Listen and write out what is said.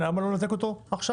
למה לא לנתק אותו עכשיו?